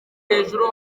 hejuru